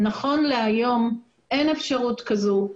נכון להיום אין אפשרות כזו.